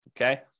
Okay